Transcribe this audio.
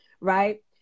right